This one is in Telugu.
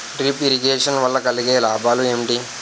డ్రిప్ ఇరిగేషన్ వల్ల కలిగే లాభాలు ఏంటి?